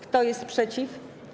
Kto jest przeciw?